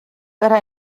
era